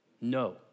No